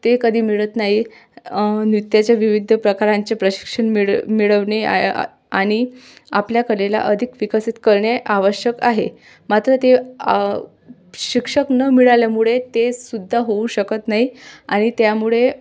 ते कधी मिळत नाही नृत्याचे विविध प्रकारांचे प्रशिक्षण मिळ मिळवणे आ आणि आपल्या कलेला अधिक विकसित करणे आवश्यक आहे मात्र ते शिक्षक न मिळाल्यामुळे ते सुद्धा होऊ शकत नाही आणि त्यामुळे